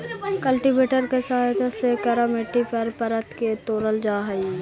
cultivator के सहायता से कड़ा मट्टी के परत के तोड़ल जा हई